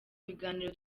biganiro